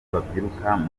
babyiruka